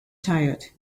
tired